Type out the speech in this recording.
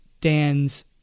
Dan's